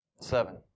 Seven